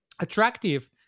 attractive